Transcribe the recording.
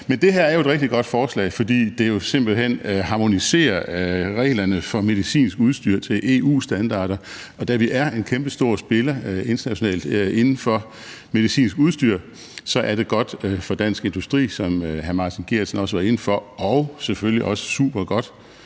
et rigtig godt forslag, fordi det simpelt hen harmoniserer reglerne for medicinsk udstyr til EU-standarder, og da vi er en kæmpestor spiller internationalt inden for medicinsk udstyr, er det godt for dansk industri, som hr. Martin Geertsen også var inde på, og det er selvfølgelig også super godt